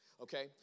Okay